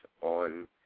on